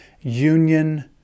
union